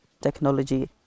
technology